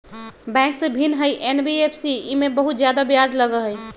Bank से भिन्न हई एन.बी.एफ.सी इमे ब्याज बहुत ज्यादा लगहई?